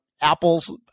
apples